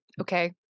okay